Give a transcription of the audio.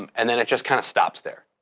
um and then it just kind of stops there.